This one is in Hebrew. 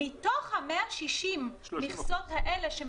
מתוך ה-160 מכסות האלה,